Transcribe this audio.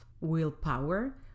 willpower